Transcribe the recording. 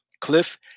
Cliff